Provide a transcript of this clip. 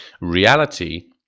reality